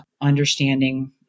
understanding